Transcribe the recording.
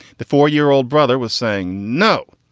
the four year old brother was saying, no,